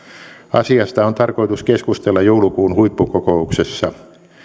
asiasta on tarkoitus keskustella joulukuun huippukokouksessa